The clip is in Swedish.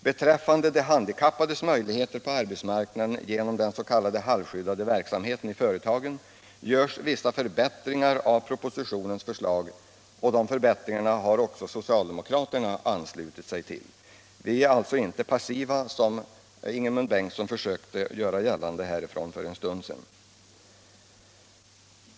Beträffande de handikappades möjligheter på arbetsmarknaden genom den s.k. halvskyddade verksamheten i företagen görs vissa förbättringar av propositionens förslag, vilka vunnit anslutning även från socialdemokraterna. Vi är alltså inte passiva, vilket Ingemund Bengtsson försökte göra 43 gällande för en stund sedan.